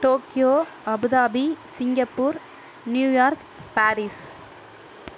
Tokyo Abu Dhabi Singapore New York Paris